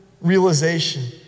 realization